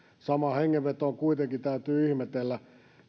samaan hengenvetoon kuitenkin täytyy ihmetellä